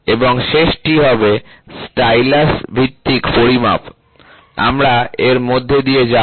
এবং শেষটি হবে স্টাইলাস ভিত্তিক পরিমাপ আমরা এর মধ্যে দিয়ে যাব